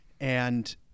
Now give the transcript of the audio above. and-